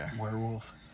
werewolf